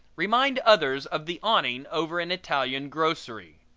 remind others of the awning over an italian grocery.